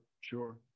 sure